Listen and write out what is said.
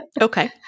Okay